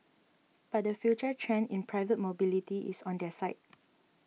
but the future trend in private mobility is on their side